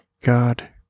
God